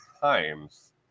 times